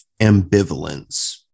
ambivalence